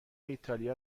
ایتالیا